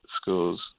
schools